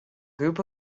group